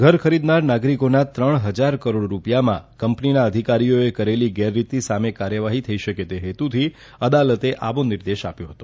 ઘર ખરીદનાર નાગરિકોના ત્રણ ફજાર કરોડ રૂપિયામાં કંપનીના અધિકારીઓએ કરેલી ગેરરીતી સામે કાર્યવાહી થઇ શકે તે હેતુથી અદાલતે આવો નિર્દેશ આપ્યો હતો